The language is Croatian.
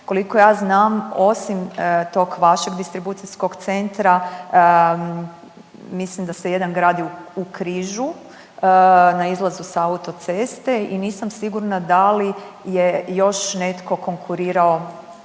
Koliko ja znam osim tog vašeg distribucijskog centra mislim da se jedan gradi u Križu na izlazu s autoceste i nisam sigurna da li je još netko konkurirao